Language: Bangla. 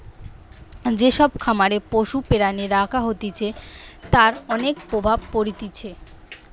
যে সব খামারে পশু প্রাণী রাখা হতিছে তার অনেক প্রভাব পড়তিছে